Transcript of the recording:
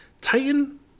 Titan